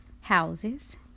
houses